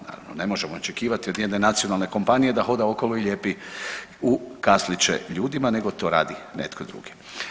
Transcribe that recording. Naravno, ne možemo očekivati od jedne nacionalne kompanije da hoda okolo i lijepi u kasliće ljudima nego to radi netko drugi.